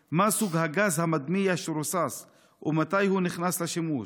3. מה סוג הגז המדמיע שרוסס ומתי הוא נכנס לשימוש?